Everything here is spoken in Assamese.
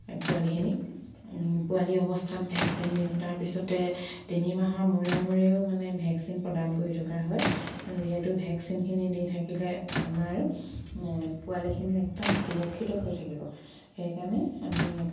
পোৱালিখিনিক পোৱালি অৱস্থাত ভেকচিন দিওঁ তাৰপিছতে তিনিমাহৰ মূৰে মূৰেও মানে ভেকচিন প্ৰদান কৰি থকা হয় যিহেতু ভেকচিনখিনি দি থাকিলে আমাৰ পোৱালিখিনি একদম সুৰক্ষিত হৈ থাকিব সেইকাৰণে আমি